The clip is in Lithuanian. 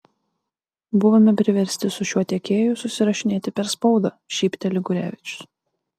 buvome priversti su šiuo tiekėju susirašinėti per spaudą šypteli gurevičius